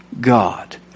God